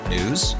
News